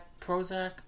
Prozac